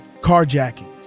Carjacking